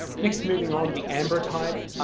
next, moving on, the ambrotype,